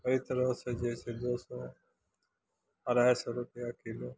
एहि तरहसँ जे छै दू सए अढ़ाइ सए रुपैआ किलो